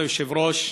כבוד היושב-ראש,